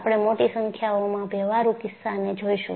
આપણે મોટી સંખ્યાઓમાં વ્યવહારુ કિસ્સા ને જોઈશું